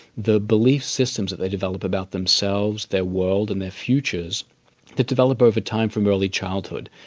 the belief systems that they develop about themselves, their world and their futures that develop over time from early childhood.